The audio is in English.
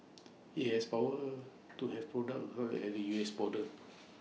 IT has power to have products halted at the U S border